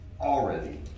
already